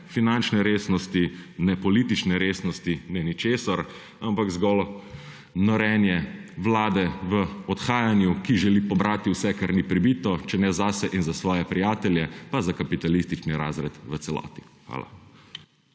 finančne resnosti ne politične resnosti ne ničesar, ampak zgolj norenje vlade v odhajanju, ki želi pobrati vse, kar ni pribito, če ne zase in za svoje prijatelje pa za kapitalistični razred v celoti. Hvala.